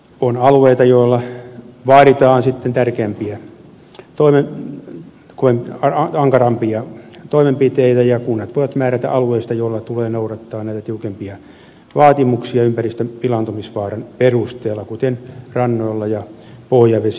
on alueita joilla vaaditaan ankarampia toimenpiteitä ja kunnat voivat määrätä alueista joilla tulee noudattaa näitä tiukempia vaatimuksia ympäristön pilaantumisvaaran perusteella kuten rannoilla ja pohjavesialueilla